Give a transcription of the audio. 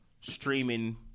streaming